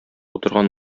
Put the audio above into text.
утырган